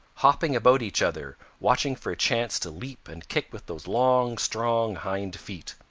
hopping about each other, watching for a chance to leap and kick with those long, strong hind feet.